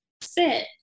sit